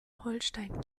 holstein